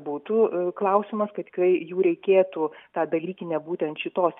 būtų klausimas kad tikrai jų reikėtų tą dalykinę būtent šitos